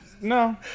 No